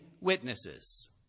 witnesses